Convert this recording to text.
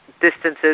distances